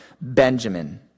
Benjamin